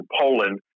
Poland